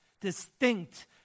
distinct